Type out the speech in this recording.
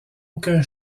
aucun